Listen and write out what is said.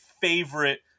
favorite